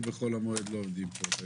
אנחנו בחול המועד לא עובדים כאן יום אחד,